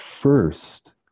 first